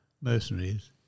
mercenaries